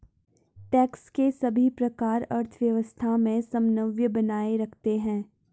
tax के सभी प्रकार अर्थव्यवस्था में समन्वय बनाए रखते हैं